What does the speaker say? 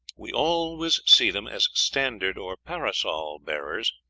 we always see them as standard or parasol bearers,